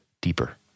deeper